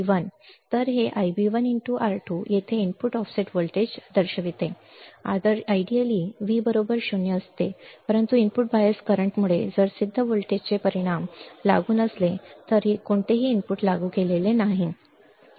याचे विश्लेषण केले जाऊ शकते की जर इनपुट योग्यरित्या जोडलेले नसेल VI 0 आदर्शतः V 0 परंतु इनपुट बायस करंटमुळे जर सिद्ध व्होल्टेजचे परिणाम लागू नसले तरीही कोणतेही इनपुट लागू केले गेले नाही बरोबर